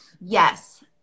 Yes